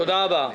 תודה רבה.